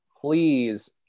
please